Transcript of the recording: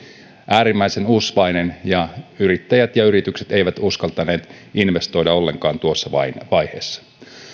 äärimmäisen usvainen ja yrittäjät ja yritykset eivät uskaltaneet investoida ollenkaan tuossa vaiheessa